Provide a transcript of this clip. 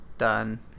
done